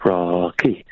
Rocky